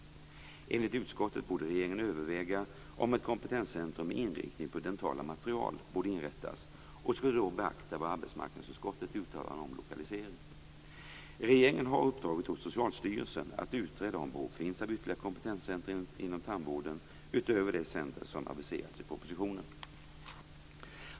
Enligt utskottet borde regeringen överväga om ett kompetenscentrum med inriktning på dentala material borde inrättas och skulle då beakta vad arbetsmarknadsutskottet uttalade om lokalisering. Regeringen har uppdragit åt Socialstyrelsen att utreda om behov finns av ytterligare kompetenscentrum inom tandvården utöver de centrum som aviserats i propositionen.